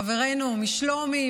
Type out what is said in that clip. חברינו משלומי,